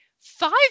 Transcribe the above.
Five